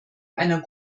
einer